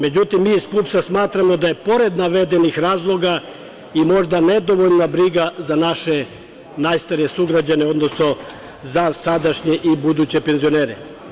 Međutim, mi iz PUPS-a smatramo da je pored navedenih razloga i možda nedovoljna briga za naše najstarije sugrađane, odnosno za sadašnje i buduće penzionere.